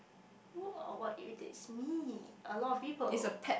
who or what irritates me a lot of people